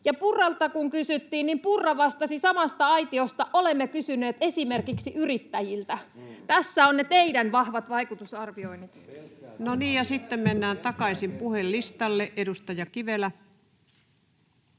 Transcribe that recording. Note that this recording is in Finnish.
ja Purralta kun kysyttiin, niin Purra vastasi samasta aitiosta, että olemme kysyneet esimerkiksi yrittäjiltä. Tässä ovat ne teidän vahvat vaikutusarviointinne. [Ilmari Nurminen: Pelkkää keppiä!] No niin, ja sitten mennään takaisin puhujalistalle. — Edustaja Kivelä.